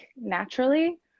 naturally